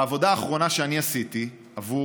בעבודה האחרונה שאני עשיתי עבור